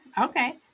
okay